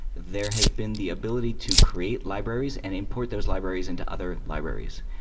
there has been the ability to create libraries and import those libraries into other libraries.